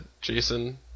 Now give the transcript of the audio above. Jason